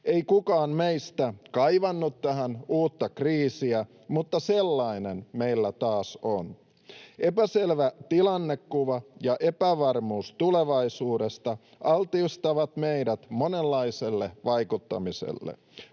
Ei kukaan meistä kaivannut tähän uutta kriisiä, mutta sellainen meillä taas on. Epäselvä tilannekuva ja epävarmuus tulevaisuudesta altistavat meidät monenlaiselle vaikuttamiselle.